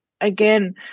again